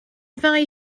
ddau